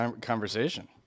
conversation